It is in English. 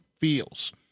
feels